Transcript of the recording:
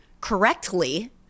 correctly